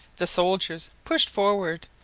the soldiers pushed forward,